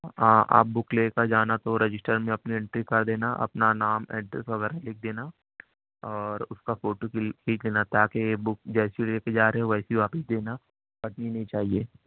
ہاں آپ بک لے کر جانا تو رجسٹر میں اپنی انٹری کر دینا اپنا نام ایڈریس وغیرہ لکھ دینا اور اس کا فوٹو کلک کھیچ لینا تاکہ بک جیسی لے کے جا رہے ہو ویسی واپس دینا پھٹنی نہیں چاہیے